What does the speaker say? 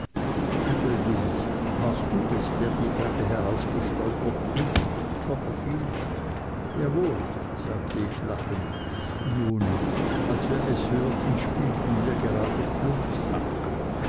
übrigens warst du es der die treppe heraufstolperte copperfield jawohl sagte ich lachend nun als wir es hörten spielten wir gerade plumpsack